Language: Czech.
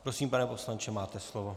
Prosím, pane poslanče, máte slovo.